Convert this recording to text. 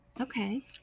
okay